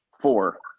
four